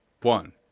one